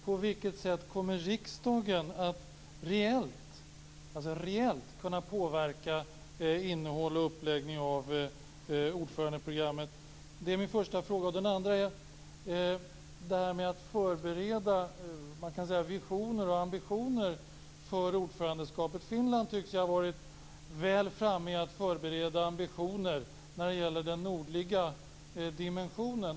På vilket sätt kommer riksdagen att reellt kunna påverka innehåll och uppläggning av ordförandeprogrammet? Det är min första fråga. Den andra frågan gäller detta med att förbereda visioner och ambitioner för ordförandeskapet. Finland tycks ju ha varit väl framme med att förbereda ambitioner när det gäller den nordliga dimensionen.